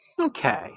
Okay